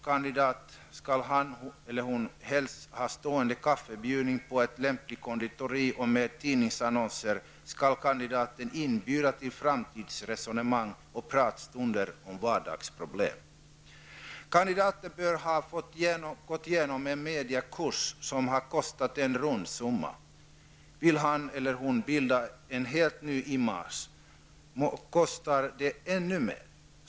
Kandidaten skall hellst ha en stående kaffebjudning på ett lämpligt konditori. Med hjälp av tidningsannonser skall kandidaten inbjuda till framtidsresonemang och pratstunder om vardagsproblem. Kandidaten bör ha gått igenom en mediakurs som har kostat en rund summa. Vill han eller hon skapa en helt ny ''image'' kostar det ännu mera.